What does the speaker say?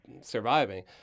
surviving